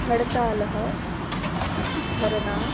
हड्तालः धरना